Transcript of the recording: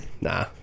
nah